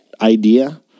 idea